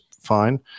fine